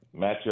matchup